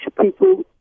people